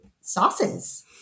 sauces